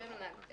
כן, לשלם לנהג.